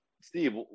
Steve